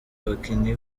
abakinyi